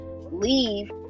Leave